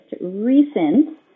recent